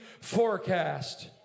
forecast